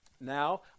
Now